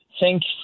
Thanks